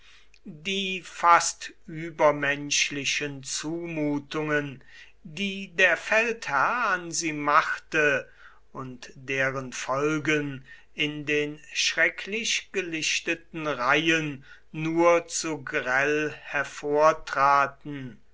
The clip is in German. die fast übermenschlichen zumutungen die der feldherr an sie machte und deren folgen in den schrecklich gelichteten reihen nur zu grell